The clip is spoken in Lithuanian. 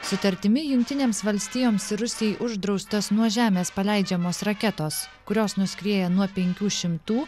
sutartimi jungtinėms valstijoms ir rusijai uždraustos nuo žemės paleidžiamos raketos kurios nuskrieja nuo penkių šimtų